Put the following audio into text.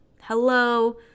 Hello